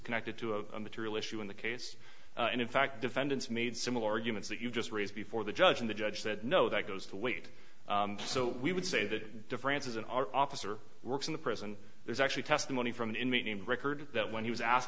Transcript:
connected to a material issue in the case and in fact defendants made similar arguments that you just raised before the judge and the judge said no that goes to weight so we would say that differences in our officer works in the prison there's actually testimony from an inmate named record that when he was asked